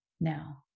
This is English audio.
now